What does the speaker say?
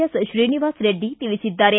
S Srinivasa Reddy ತಿಳಿಸಿದ್ದಾರೆ